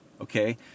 okay